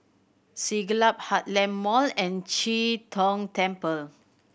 Siglap Heartland Mall and Chee Tong Temple